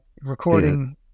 recording